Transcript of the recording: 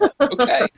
Okay